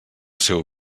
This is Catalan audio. seu